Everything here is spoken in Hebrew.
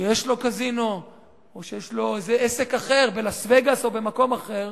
שיש לו קזינו או שיש לו איזה עסק אחר בלאס-וגאס או במקום אחר,